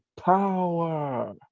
power